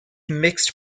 mixed